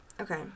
Okay